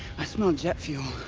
i smell jet fuel.